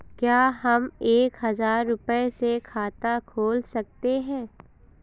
क्या हम एक हजार रुपये से खाता खोल सकते हैं?